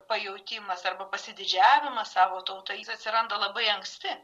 pajautimas arba pasididžiavimas savo tauta jis atsiranda labai anksti